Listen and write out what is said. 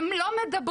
הם לא מדברים,